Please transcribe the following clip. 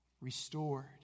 Restored